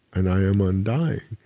and i am undying,